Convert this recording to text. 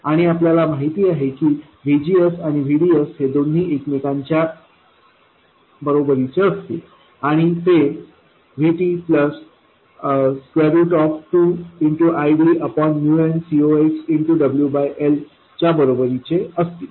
आणि आपल्याला माहित आहे की VGS आणि VDS हे दोन्ही एकमेकांच्या बरोबरीचे असतील आणि ते Vt 2IdnCox च्या बरोबरीचे असतील